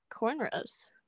cornrows